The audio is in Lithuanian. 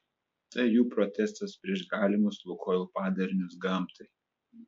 tai jų protestas prieš galimus lukoil padarinius gamtai